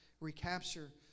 recapture